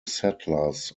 settlers